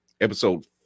Episode